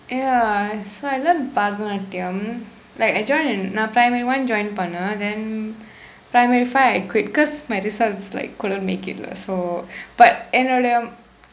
ya so I learned பரதநாட்டியம்:barathanaatdiyam like I join in நான்:naan primary one join பண்ணேன்:panneen and then primary five I quit cause my results like couldn't make it lah so but என்னோட:ennooda